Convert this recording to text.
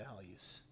values